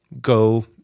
go